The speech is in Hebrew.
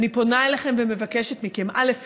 אני פונה אליכם ומבקשת מכם: א.